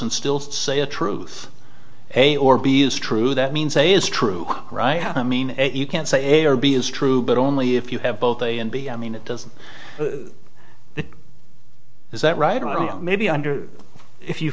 and still say a truth a or b is true that means a is true right i mean you can't say or b is true but only if you have both a and b i mean it doesn't is that right or wrong maybe under if you